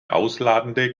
ausladende